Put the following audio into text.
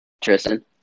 Tristan